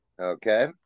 Okay